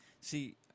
See